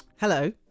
Hello